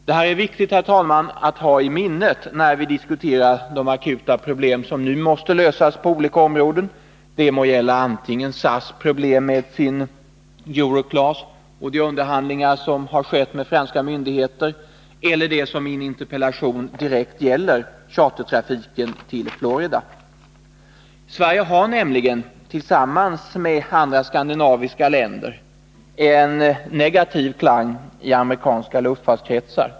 Detta är viktigt, herr talman, att ha i minnet när vi diskuterar de akuta problem som nu måste lösas på olika områden, det må antingen gälla SAS problem med sin Euroclass och de underhandlingar som har ägt rum med de franska myndigheterna eller det som min interpellation direkt gäller, chartertrafiken till Florida. Sverige har nämligen, tillsammans med de andra skandinaviska länderna, en negativ klang i amerikanska luftfartskretsar.